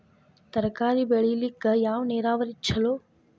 ತರಕಾರಿ ಬೆಳಿಲಿಕ್ಕ ಯಾವ ನೇರಾವರಿ ಛಲೋ?